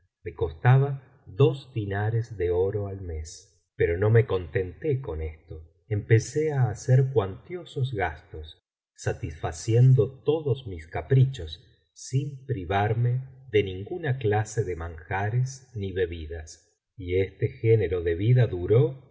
me costaba dos diñares de oro al raes pero no me contenté con esto empecé á hacer cuantiosos gastos satisfaciendo todos mis caprichos sin privarme de ninguna clase de manjares ni bebidas y este género de vida duró